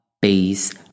base